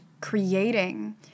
creating